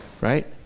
right